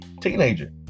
teenager